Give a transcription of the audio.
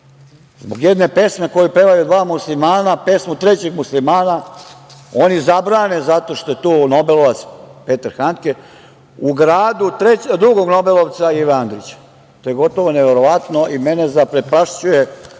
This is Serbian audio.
zbog jedne pesme koju pevaju dva muslimana, pesmu trećeg muslimana, oni zabrane zato što je tu nobelovac Petar Handke, u gradu drugog nobelovca Ive Andrića. To je gotovo neverovatno i mene zaprepašćuje